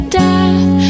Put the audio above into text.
death